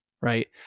Right